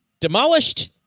demolished